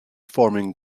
forming